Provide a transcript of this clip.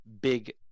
big